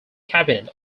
cabinet